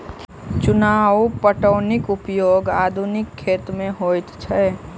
चुआन पटौनीक उपयोग आधुनिक खेत मे होइत अछि